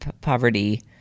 poverty